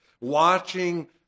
watching